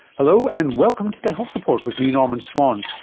hello and welcome to the health report with me, norman swan.